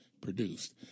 produced